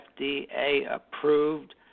FDA-approved